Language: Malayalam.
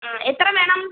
ആ എത്ര വേണം